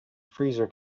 freezer